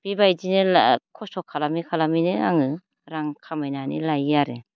बेबायदिनो खस्थ' खालामै खालामैनो आङो रां खामायनानै लायो आरो